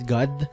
God